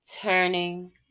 turning